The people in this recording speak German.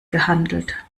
gehandelt